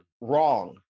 wrong